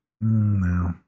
No